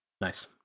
Nice